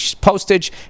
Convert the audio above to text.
postage